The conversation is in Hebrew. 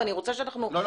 ואני רוצה שנצליח